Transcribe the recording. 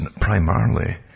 primarily